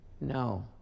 No